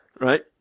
right